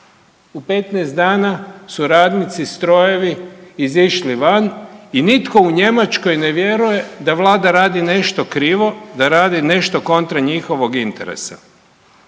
U 15 dana su radnici, strojevi izišli van i nitko u Njemačkoj ne vjeruje da Vlada radi nešto krivo, da radi nešto kontra njihovog interesa.